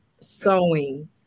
Sewing